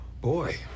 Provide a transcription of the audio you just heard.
Boy